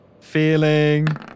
feeling